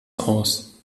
aus